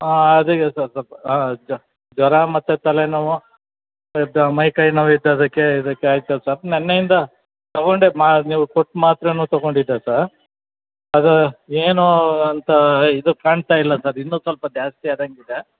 ಹಾಂ ಅದೇ ಸ್ವಲ್ಪ ಜ್ವರ ಮತ್ತು ತಲೆ ನೋವು ಇತ್ತು ಮೈಕೈ ನೋವು ಇತ್ತು ಅದಕ್ಕೆ ಇದಕ್ಕೆ ನಿನ್ನೆಯಿಂದ ತೊಗೊಂಡೆ ಮಾ ನೀವು ಕೊಟ್ಟ ಮಾತ್ರೆನೂ ತೊಗೊಂಡಿದ್ದೆ ಸಾ ಅದು ಏನೂ ಅಂತ ಇದು ಕಾಣ್ತಾ ಇಲ್ಲ ಸರ್ ಇನ್ನೂ ಸ್ವಲ್ಪ ಜಾಸ್ತಿ ಆದಂಗಿದೆ